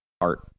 art